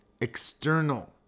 external